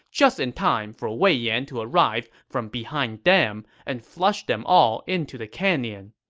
just in time for wei yan to arrive from behind them and flush them all into the canyon.